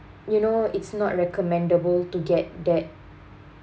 you know it's not recommendable to get that